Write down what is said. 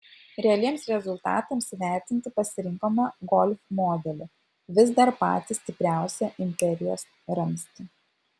realiems rezultatams įvertinti pasirinkome golf modelį vis dar patį stipriausią imperijos ramstį